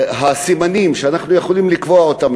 הסימנים שאנחנו יכולים לקבוע אותם,